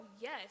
yes